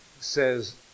says